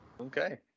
Okay